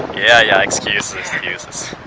yeah yeah excuses excuses!